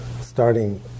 starting